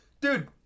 Dude